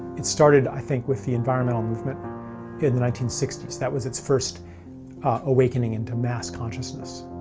it started, i think, with the environmental movement in the nineteen sixty s, that was its first awakening into mass consciousness.